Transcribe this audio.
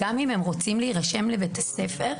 גם אם הם רוצים להירשם לבית הספר,